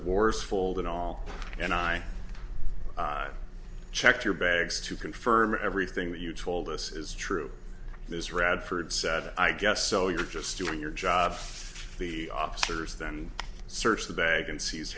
wars fold at all and i checked your bags to confirm everything that you told us is true this radford said i guess so you're just doing your job the officers then search the bag and se